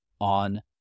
on